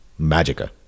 magica